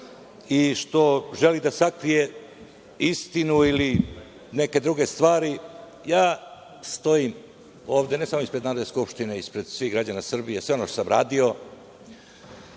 i što želi da sakrije istinu ili neke druge stvari, ja stojim ovde, ne samo ispred Narodne skupštine, ispred svih građana Srbije, sve ono što sam radio,